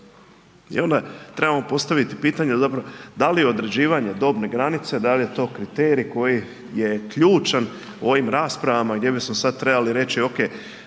I onda trebamo postaviti pitanje, da li je određivane dobne granice da li je to kriterij koji je ključan u ovim raspravama gdje bismo sada trebali reći, ok